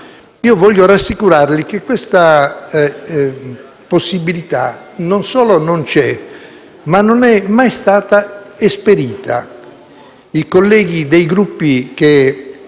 voglio rassicurarli che questa possibilità non solo non c'è, ma non è mai stata esperita.